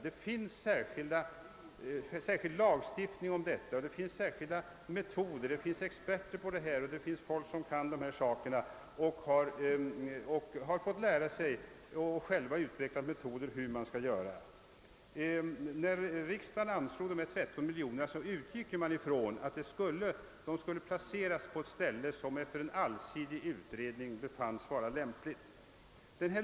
Det finns särskild lagstiftning om detta, det finns särskilda metoder för planering och det finns experter på planering och hävdvunna former därför. När riksdagen anslog 13 miljoner kronor utgick man ifrån att flygfältet skulle placeras på ett ställe som efter en allsidig utredning befanns vara lämpligt.